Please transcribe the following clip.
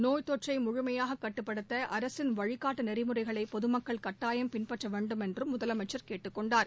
நோய் தொற்றை முழுமையாக கட்டுப்படுத்த அரசின் வழிகாட்டு நெறிமுறைகளை பொதுமக்கள் கட்டாயம் பின்பற்ற வேண்டுமென்றும் முதலமைச்சர் கேட்டுக் கொண்டார்